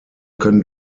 können